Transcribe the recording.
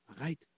right